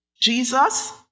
Jesus